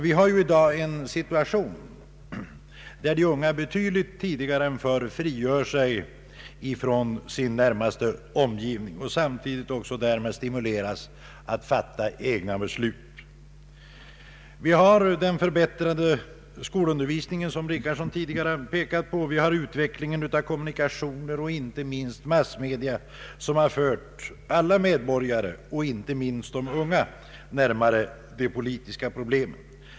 Vi har nu en situation där de unga betydligt tidigare än förr frigör sig från sin närmaste omgivning och samtidigt därmed stimuleras att fatta egna beslut. Vi har den förbättrade skolundervisningen, utvecklingen av kommunikationerna, särskilt massmedia, som har fört alla medborgare och inte minst de unga närmare de politiska problemen.